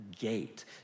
gate